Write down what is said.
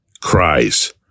cries